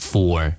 Four